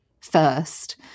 first